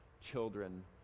children